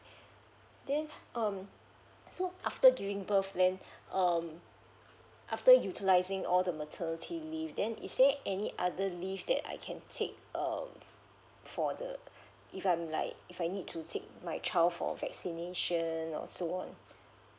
then um so after giving birth then um after utilizing all the maternity leave then is there any other leave that I can take uh for the if I'm like if I need to take my child for vaccination or so on